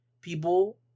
People